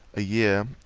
a year,